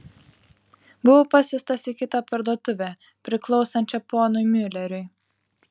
buvau pasiųstas į kitą parduotuvę priklausančią ponui miuleriui